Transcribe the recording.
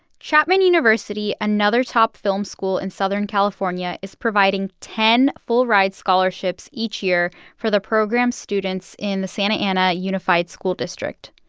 chapman university, another top film school in southern california, is providing ten full-ride scholarships each year for the program's students in the santa ana unified school district.